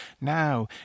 Now